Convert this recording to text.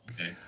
okay